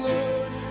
Lord